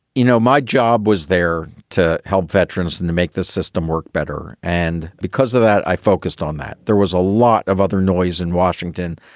you know, my job was there to help veterans and to make the system work better. and because of that, i focused on that. there was a lot of other noise in washington,